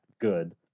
good